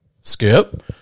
Skip